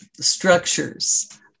structures